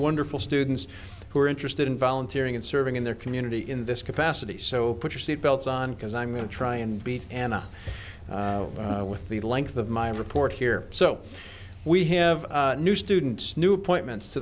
wonderful students who are interested in volunteer and serving in their community in this capacity so put your seat belts on because i'm going to try and beat and with the length of my report here so we have new students new appointments to